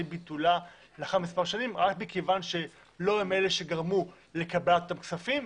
ביטולה לאחר מספר שנים רק מכיוון שלא הם אלה שגרמו לקבלת הכספים.